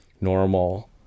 normal